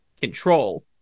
control